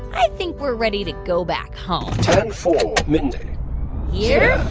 i think we're ready to go back home ten-four, mindy yeah